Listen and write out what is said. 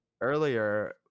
earlier